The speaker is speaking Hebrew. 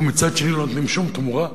ומצד שני לא נותנים שום תמורה,